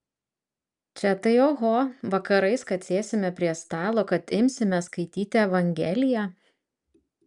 čia tai oho vakarais kad sėsime prie stalo kad imsime skaityti evangeliją